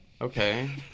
Okay